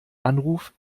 anruf